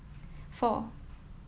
four